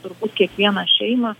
turbūt kiekvieną šeimą